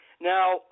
Now